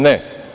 Ne.